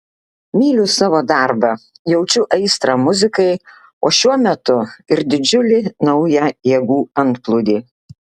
myliu savo darbą jaučiu aistrą muzikai o šiuo metu ir didžiulį naują jėgų antplūdį